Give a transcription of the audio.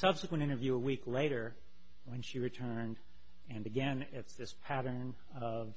subsequent interview a week later when she returned and began this pattern of